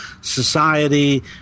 Society